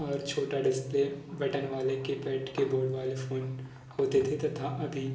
और छोटा display button वाले कीपैड कीबोर्ड वाले फ़ोन होते थे तथा अभी